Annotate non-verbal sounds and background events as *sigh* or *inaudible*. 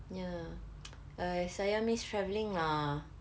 ya *noise* !hais! saya miss travelling lah